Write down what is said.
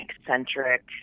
eccentric